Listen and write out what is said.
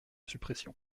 suppression